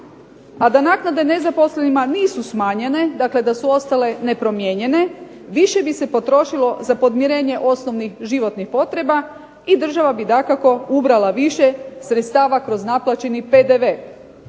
A da naknade nezaposlenima nisu smanjenje, dakle da su ostale nepromijenjene više bi se potrošilo za podmirenje osnovnih životnih potreba i država bi dakako ubrala više sredstava kroz naplaćeni PDV.